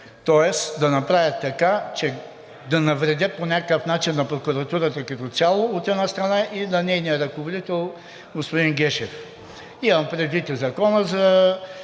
тоест да направят така, че да навредят по някакъв начин на прокуратурата като цяло, от една страна, и на нейния ръководител господин Гешев. Имам предвид Закона за